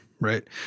right